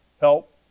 help